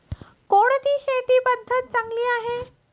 कोणती शेती पद्धती चांगली आहे?